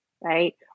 Right